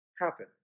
happen